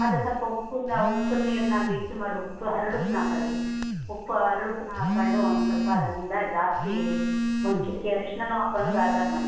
ಅದು ಸ್ವಲ್ಪ ಉಪ್ಪನ್ನ ಉಪ್ಪು ನೀರನ್ನ ಬಿಸಿ ಮಾಡು ಉಪ್ಪು ಹರಳುಪ್ಪುನ್ನ ಹಾಕ್ಕೊಳ್ಳಿ ಉಪ್ಪು ಹರಳುಪ್ಪನ್ನ ಹಾಕ್ಕೊಂಡು ಒಂದು ಸ್ವಲ್ಪ ಅದರಿಂದ ಜಾಸ್ತಿ ಒಂದು ಚಿಟಿಕೆ ಅರಿಶಿಣನು ಹಾಕೊಂಡು ಗಾರ್ಗರ್ ಮಾಡಿ